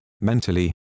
mentally